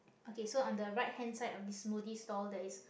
okay so on the right-hand side of the smoothie store there is